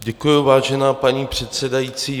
Děkuji, vážená paní předsedající.